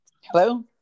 Hello